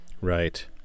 Right